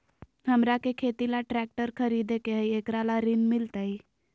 हमरा के खेती ला ट्रैक्टर खरीदे के हई, एकरा ला ऋण मिलतई?